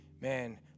man